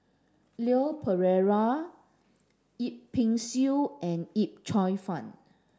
Leon Perera Yip Pin Xiu and Yip Cheong Fun